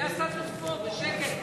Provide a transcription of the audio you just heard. היה סטטוס-קוו, היה שקט.